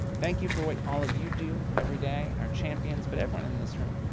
thank you for what all of you do, every day, our champions but everyone in this room,